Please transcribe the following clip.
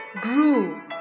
grew